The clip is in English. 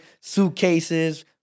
suitcases